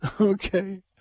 Okay